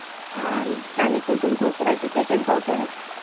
దానికి కొంచెం చూస్తారా టికెట్ ఎంత అవుతుంది